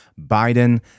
Biden